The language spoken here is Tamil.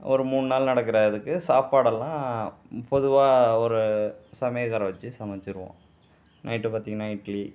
ஒரு மூணு நாள் நடக்கிற இதுக்கு சாப்பாடெல்லாம் பொதுவாக ஒரு சமையக்கார வச்சு சமச்சுருவோம் நைட்டு பார்த்தீங்கனா இட்லி